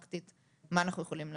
פרקטית מה אנחנו יכולים לעשות.